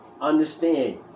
Understand